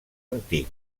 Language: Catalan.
antic